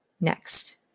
Next